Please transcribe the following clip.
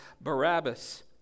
Barabbas